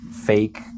fake